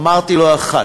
אמרתי לא אחת: